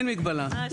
אני